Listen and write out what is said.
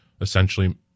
essentially